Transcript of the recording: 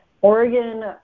Oregon